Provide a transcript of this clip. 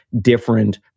different